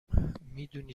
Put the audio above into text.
میدونی